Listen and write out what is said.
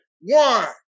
One